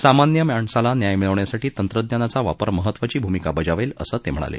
सामान्य माणसाला न्याय मिळवण्यासाठी तंत्रज्ञानाचा वापर महत्वाची भूमिका बजावेल असं ते म्हणाले